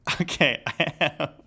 Okay